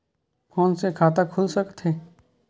Phone से खाता खुल सकथे?